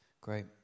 Great